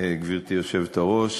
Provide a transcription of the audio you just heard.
גברתי היושבת-ראש,